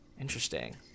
Interesting